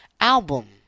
album